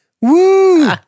Woo